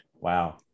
Wow